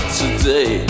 today